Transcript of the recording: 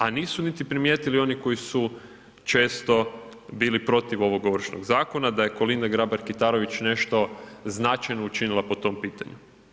A nisu niti primijetili oni koji su često bili protiv ovog Ovršnog zakona, da je Kolinda Grabar Kitarović nešto značajno učinila po tom pitanju.